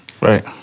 right